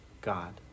God